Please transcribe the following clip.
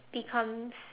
becomes